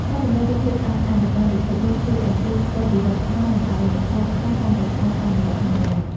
ចែករំលែករូបភាពស្អាតៗទៅកាន់ពិភពលោកជួយឱ្យគេស្គាល់ពីវប្បធម៌ និង អរិយធម៌ខ្មែរកាន់តែច្បាស់តាមរយៈកាមេរ៉ា។